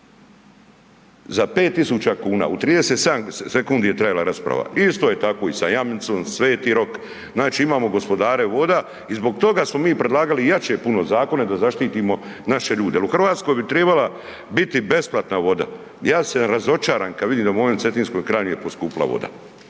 Za 5.000 kuna, u 37 sekundi je trajala rasprava. Isto je tako i sa Jamnicom, Sveti Rok, znači imamo gospodare vode i zbog toga smo mi predlagali jače puno zakone da zaštitimo naše ljude jer u Hrvatskoj bi tribala biti besplatna voda. Ja sam razočaran kad vidim da u mojoj Cetinskoj krajini je poskupila voda.